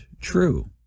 true